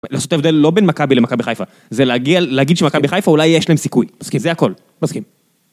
לעשות הבדל לא בין מכבי למכבי חיפה, זה להגיד שמכבי חיפה אולי יש להם סיכוי, זה הכל, מסכים.